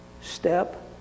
Step